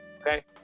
Okay